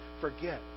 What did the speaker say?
forget